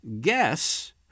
Guess